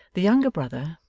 the younger brother,